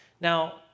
Now